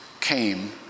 came